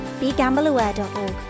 BeGambleAware.org